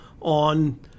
on